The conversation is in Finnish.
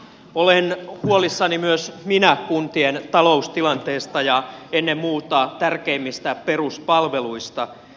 olen huolissani myös minä kuntien taloustilanteesta ja ennen muuta tärkeimmistä peruspalveluista